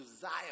Zion